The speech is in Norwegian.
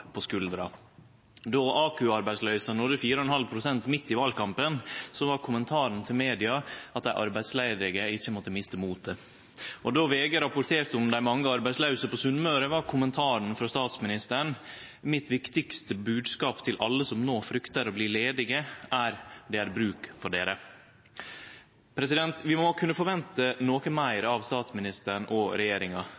på skuldra. Då AKU-arbeidsløysa nådde 4,5 pst. midt i valkampen, var kommentaren til media at dei arbeidslause ikkje måtte miste motet. Då VG rapporterte om dei mange arbeidslause på Sunnmøre, var kommentaren frå statsministeren: «Mitt viktigste budskap til alle som nå frykter å bli ledige er: Det er bruk for dere.» Vi må kunne forvente noko meir